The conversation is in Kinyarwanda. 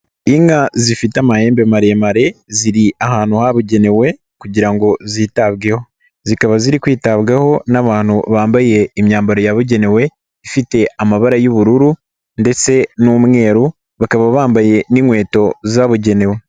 Inka zifite amahembe maremare ziri ahantu habugenewe kugira ngo zitabweho. Zikaba ziri kwitabwaho n'abantu bambaye imyambaro yabugenewe ifite amabara y'ubururu ndetse n'umweru, bakaba bambaye n'inkweto zabugenewe.